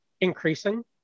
increasing